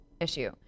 issue